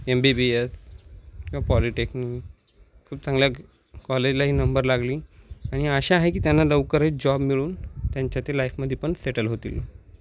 M B B S किंवा polytechnic खूप चांगल्या कॉलेजलाही नंबर लागली आणि अशा आहे की त्यांना लवकरही जॉब मिळून त्यांच्या ते लाईफमध्ये पण सेटल होतील